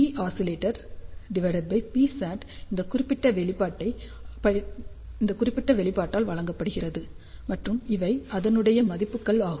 Posc Psat இந்த குறிப்பிட்ட வெளிப்பாட்டால் வழங்கப்படுகிறது மற்றும் இவை அதனுடைய மதிப்புகள் ஆகும்